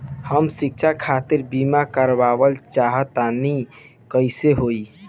हम शिक्षा खातिर बीमा करावल चाहऽ तनि कइसे होई?